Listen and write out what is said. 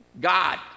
God